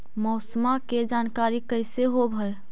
मौसमा के जानकारी कैसे होब है?